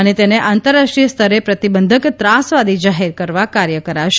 અને તેને આંતરરાષ્ટ્રીય સ્તરે પ્રતિબંધક ત્રાસવાદી જાહેર કરવા કાર્ય કરાશે